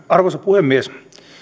arvoisa puhemies